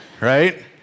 right